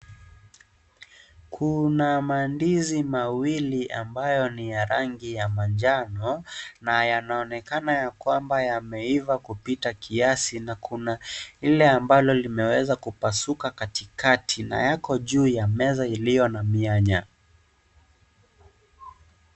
Kuna mandizi mawili ambayo ni ya rangi ya manjano na yanaonekana ni kwamba yameiva kupita kiasi na kuna ile ambayo imeweza kupasuka katikati na yako juu ya meza iliyo na mianya.